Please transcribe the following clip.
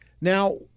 Now